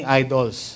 idols